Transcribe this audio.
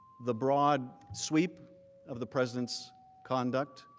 the broad sweep of the president's conduct.